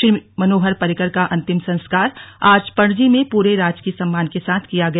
श्री मनोहर पर्रिकर का अंतिम संस्कार आज पणजी में पूरे राजकीय सम्मान के साथ किया गया